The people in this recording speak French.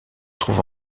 trouve